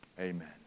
amen